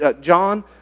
John